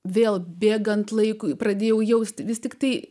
vėl bėgant laikui pradėjau jausti vis tiktai